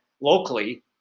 locally